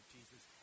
Jesus